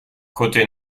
côté